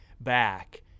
back